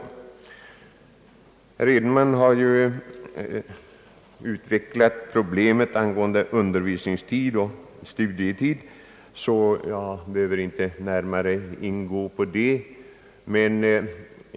Statsrådet Edenman har redan utvecklat problemen rörande undervisningstid och studietid, och jag behöver därför inte närmare ingå på den frågan.